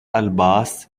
الباص